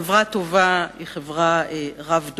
חברה טובה היא חברה רב-דורית,